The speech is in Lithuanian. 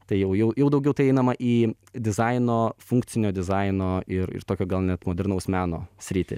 tai jau jau jau daugiau tai einama į dizaino funkcinio dizaino ir ir tokio gal net modernaus meno sritį